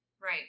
Right